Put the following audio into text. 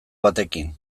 batekin